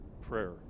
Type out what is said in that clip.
prayer